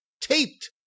taped